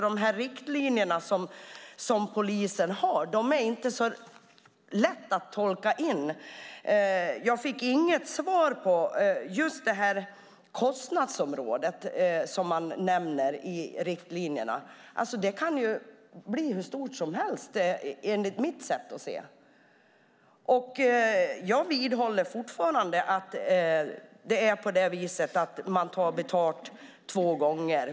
De riktlinjer som polisen har är inte så lätta att tolka. Jag fick inget svar beträffande kostnadsområdet, som man nämner i riktlinjerna. Det kan bli hur stort som helst, enligt mitt sätt att se. Jag vidhåller fortfarande att man tar betalt två gånger.